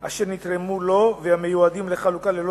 אשר נתרמו לו והמיועדים לחלוקה ללא